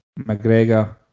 McGregor